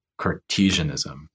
Cartesianism